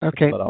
Okay